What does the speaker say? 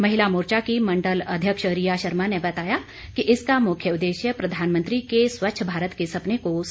महिला मोर्चा की मंडल अध्यक्ष रिया शर्मा ने बताया कि इसका मुख्य उद्देश्य प्रधानमंत्री के स्वच्छ भारत के सपने को साकार करना है